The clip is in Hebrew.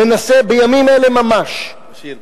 מנסה בימים אלה ממש, באשיר.